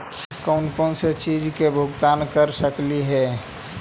कौन कौन चिज के भुगतान कर सकली हे?